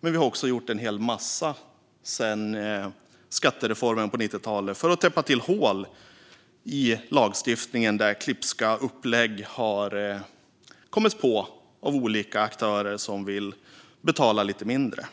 Men vi har också gjort en hel massa sedan skattereformen på 90talet för att täppa till hål i lagstiftningen där olika aktörer som vill betala lite mindre har kommit på